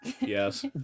Yes